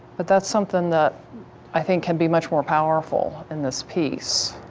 but that's something that i think can be much more powerful in this piece.